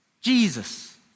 Jesus